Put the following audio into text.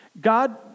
God